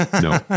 No